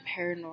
paranormal